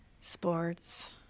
Sports